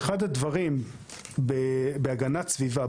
ואחד הדברים בהגנת סביבה,